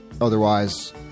otherwise